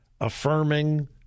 affirming